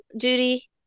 Judy